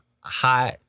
hot